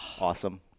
Awesome